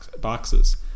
boxes